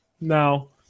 No